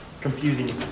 Confusing